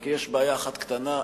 רק יש בעיה אחת קטנה,